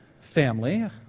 family